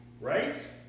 right